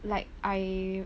like I